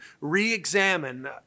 re-examine